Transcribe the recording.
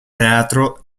teatro